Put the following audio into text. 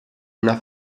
una